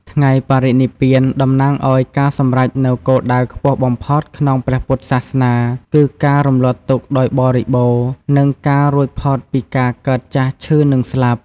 ថ្ងៃបរិនិព្វាន តំណាងឱ្យការសម្រេចនូវគោលដៅខ្ពស់បំផុតក្នុងព្រះពុទ្ធសាសនា គឺការរំលត់ទុក្ខដោយបរិបូណ៌ និងការរួចផុតពីការកើត ចាស់ ឈឺ និងស្លាប់។